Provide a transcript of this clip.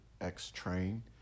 X-train